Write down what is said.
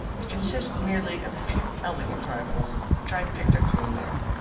it consists merely of a few elegant trifles which i have picked up here and there.